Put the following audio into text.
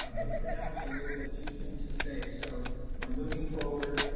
but for now it's a little bit too soon to say, so we're moving forward,